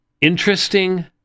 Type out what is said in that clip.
interesting